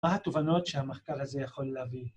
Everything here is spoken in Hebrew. ‫מה התובנות שהמחקר הזה יכול להביא?